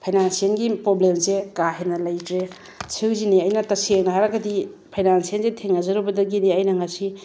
ꯐꯥꯏꯅꯥꯟꯁꯤꯑꯦꯜꯒꯤ ꯄ꯭ꯔꯣꯕ꯭ꯂꯦꯝꯁꯦ ꯀꯥ ꯍꯦꯟꯅ ꯂꯩꯇ꯭ꯔꯦ ꯁꯤꯁꯤꯅꯦ ꯑꯩꯅ ꯇꯁꯦꯡꯅ ꯍꯥꯏꯔꯒꯗꯤ ꯐꯥꯏꯅꯥꯟꯁꯤꯑꯦꯜꯁꯦ ꯊꯦꯡꯅꯖꯔꯨꯕꯗꯒꯤꯗꯤ ꯑꯩꯅ ꯉꯁꯤ